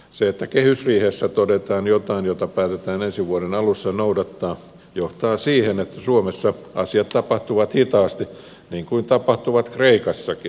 se että kehysriihessä todetaan jotain mitä päätetään ensi vuoden alussa noudattaa johtaa siihen että suomessa asiat tapahtuvat hitaasti niin kuin tapahtuvat kreikassakin